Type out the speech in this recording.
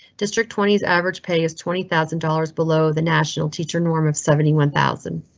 district twenty s average pay is twenty thousand dollars below the national teacher norm of seventy one thousand.